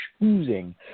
choosing